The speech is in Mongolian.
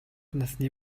насны